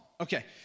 Okay